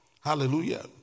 Hallelujah